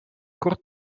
kort